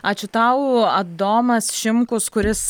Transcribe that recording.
ačiū tau adomas šimkus kuris